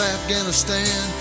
Afghanistan